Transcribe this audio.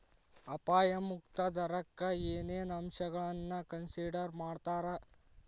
ಅಪಾಯ ಮುಕ್ತ ದರಕ್ಕ ಏನೇನ್ ಅಂಶಗಳನ್ನ ಕನ್ಸಿಡರ್ ಮಾಡ್ತಾರಾ